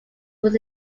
was